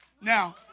Now